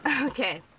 Okay